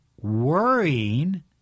worrying